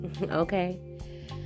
okay